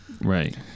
Right